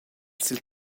sil